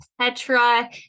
Petra